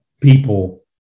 people